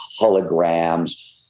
holograms